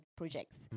projects